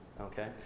okay